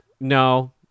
no